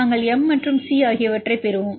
நாங்கள் மீ மற்றும் சி ஆகியவற்றைப் பெறுவோம்